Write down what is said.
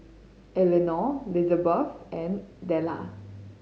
Elenor Lizbeth and Della